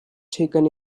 taken